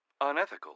unethical